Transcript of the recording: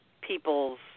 people's